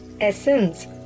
essence